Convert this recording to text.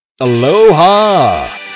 Aloha